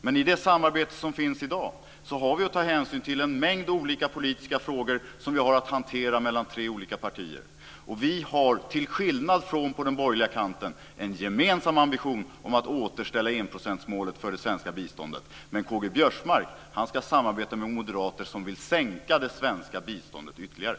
Men i det samarbete som finns i dag har vi att ta hänsyn till en mängd olika politiska frågor som vi har att hantera mellan tre olika partier. Vi har, till skillnad från partierna på den borgerliga kanten, en gemensam ambition om att återställa enprocentsmålet för det svenska biståndet. Men K-G Biörsmark ska samarbeta med moderater som vill sänka det svenska biståndet ytterligare.